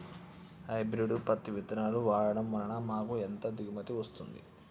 Hybrid పత్తి విత్తనాలు వాడడం వలన మాకు ఎంత దిగుమతి వస్తుంది?